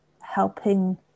helping